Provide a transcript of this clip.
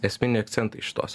esminiai akcentai šitos